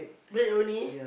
bread only